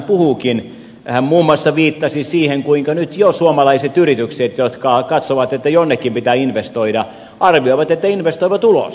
hän muun muassa viittasi siihen kuinka nyt jo suomalaiset yritykset jotka katsovat että jonnekin pitää investoida arvioivat että investoivat ulos